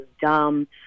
dumb